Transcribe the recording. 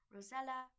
Rosella